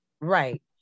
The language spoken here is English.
Right